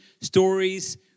stories